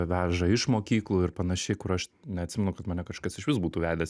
veža iš mokyklų ir panašiai kur aš neatsimenu kad mane kažkas išvis būtų vedęs